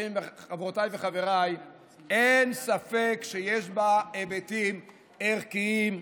חברותיי וחברי, אין ספק שיש בה היבטים ערכיים,